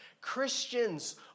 Christians